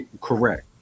Correct